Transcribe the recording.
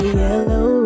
yellow